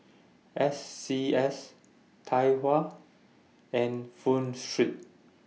S C S Tai Hua and Pho Street